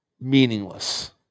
meaningless